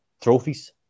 trophies